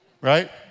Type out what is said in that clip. Right